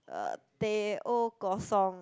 um Teh-O Kosong